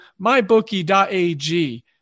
mybookie.ag